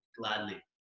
gladly